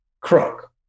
Crook